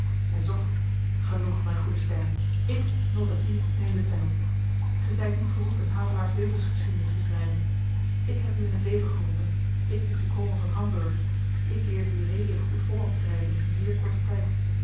hy zocht genoeg myn goede stern ik multatuli neem de pen op ge zyt niet geroepen havelaars levensgeschiedenis te schryven ik heb u in t leven geroepen ik liet u komen van hamburg ik leerde u redelyk goed hollandsch schryven in zeer korten tyd